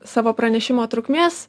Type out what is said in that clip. savo pranešimo trukmės